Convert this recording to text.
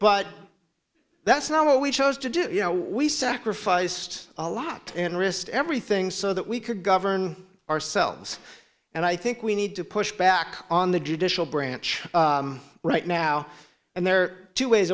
but that's not what we chose to do you know we sacrificed a lot and risk everything so that we could govern ourselves and i think we need to push back on the judicial branch right now and there are two ways